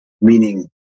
meaning